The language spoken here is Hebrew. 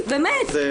נפגעות תקיפה מינית.